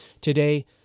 Today